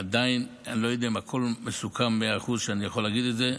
אני עדיין לא יודע אם הכול מסוכם במאה אחוז ואני יכול להגיד את זה.